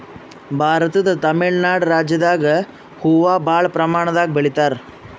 ಭಾರತದ್ ತಮಿಳ್ ನಾಡ್ ರಾಜ್ಯದಾಗ್ ಹೂವಾ ಭಾಳ್ ಪ್ರಮಾಣದಾಗ್ ಬೆಳಿತಾರ್